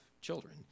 children